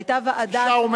היתה ועדה שדנה